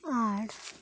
ᱟᱨ